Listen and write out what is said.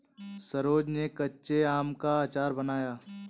सरोज ने कच्चे आम का अचार बनाया